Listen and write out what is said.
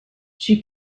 she